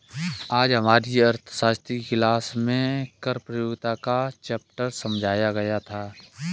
आज हमारी अर्थशास्त्र की क्लास में कर प्रतियोगिता का चैप्टर समझाया गया था